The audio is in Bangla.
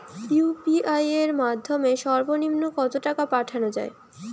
ইউ.পি.আই এর মাধ্যমে সর্ব নিম্ন কত টাকা পাঠানো য়ায়?